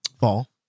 Fall